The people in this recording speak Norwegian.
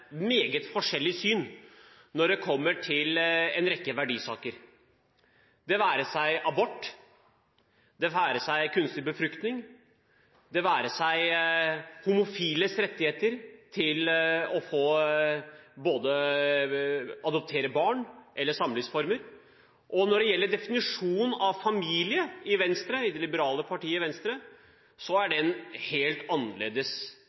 meget forskjellig syn når det kommer til en rekke verdispørsmål – det være seg abort, kunstig befruktning, homofiles rettigheter når det gjelder å adoptere barn, eller deres samlivsform. Definisjonen av familie i det liberale partiet Venstre er helt annerledes